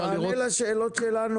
ניר, תענה לשאלות שלנו.